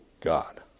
God